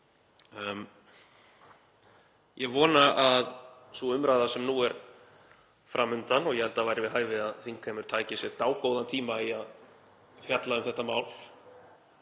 Ég vona að sú umræða sem nú er fram undan — og ég held að það væri við hæfi að þingheimur tæki sér dágóðan tíma í að fjalla um þetta mál.